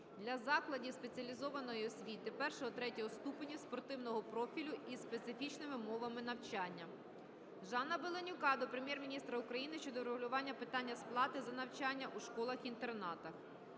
для закладів спеціалізованої освіти І-ІІІ ступенів спортивного профілю із специфічними умовами навчання. Жана Беленюка до Прем'єр-міністра України щодо врегулювання питання сплати за навчання у школах-інтернатах.